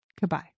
Goodbye